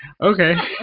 okay